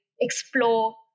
explore